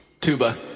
Tuba